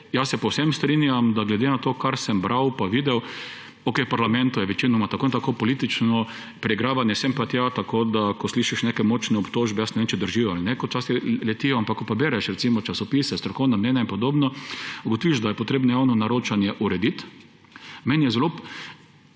jaz se povsem strinjam, da glede na to, kar sem bral pa videl, okej, v parlamentu je večinoma tako ali tako politično preigravanje sem pa tja. Ko slišiš neke močne obtožbe, jaz ne vem, če držijo ali ne, ko včasih letijo, ampak ko pa bereš recimo časopise, strokovna mnenja in podobno, ugotoviš, da je treba javno naročanje urediti. In da v